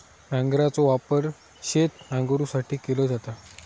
नांगराचो वापर शेत नांगरुसाठी केलो जाता